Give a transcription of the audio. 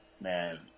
Man